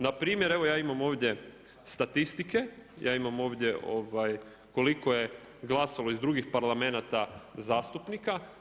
Npr. ja imam ovdje statistike, ja imam ovdje koliko je glasalo iz drugih parlamenata zastupnika.